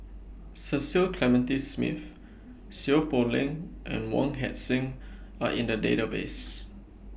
Cecil Clementi Smith Seow Poh Leng and Wong Heck Sing Are in The Database